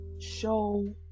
show